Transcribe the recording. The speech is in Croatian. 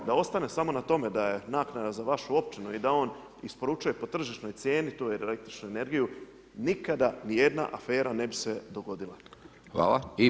Da ostane samo na tome da je naknada za vašu općinu i da on isporučuje po tržišnoj cijeni tu električnu energiju, nikada ni jedna afera ne bi se dogodila.